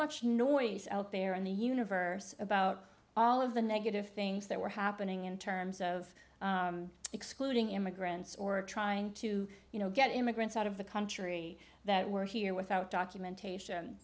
much noise out there in the universe about all of the negative things that were happening in terms of excluding immigrants or trying to you know get immigrants out of the country that were here without documentation